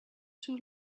too